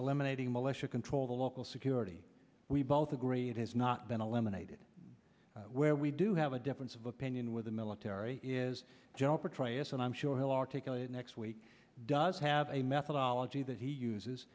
eliminating militia control the local security we both agree it has not been eliminated where we do have a difference of opinion with the military is general petraeus and i'm sure he'll articulate next week does have a methodology that he uses